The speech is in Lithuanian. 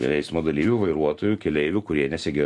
eismo dalyvių vairuotojų keleivių kurie nesegėjo